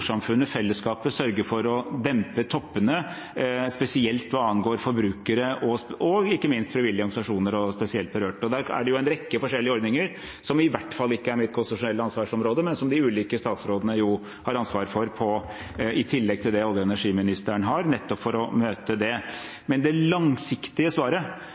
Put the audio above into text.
fellesskapet sørge for å dempe toppene, spesielt hva angår forbrukere og ikke minst frivillige organisasjoner og spesielt berørte. Der er det en rekke forskjellige ordninger som i hvert fall ikke er mitt konstitusjonelle ansvarsområde, men som de ulike statsrådene har ansvar for, i tillegg til det olje- og energiministeren har, nettopp for å møte det. Det langsiktige svaret